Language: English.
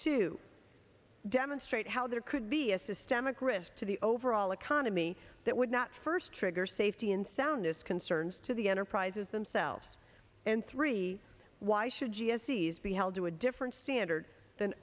to demonstrate how there could be a systemic risk to the overall economy that would not first trigger safety and soundness concerns to the enterprises themselves and three why should g s these be held to a different standard than